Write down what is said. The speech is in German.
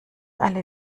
alle